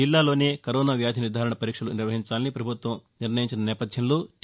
జిల్లాలోనే కరోనా వ్యాధి నిర్ణారణ పరీక్షలు నిర్వహించాలని ప్రభుత్వం నిర్ణయించిన నేపథ్యంలో టి